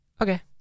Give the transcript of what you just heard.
Okay